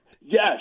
Yes